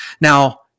now